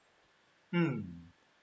mm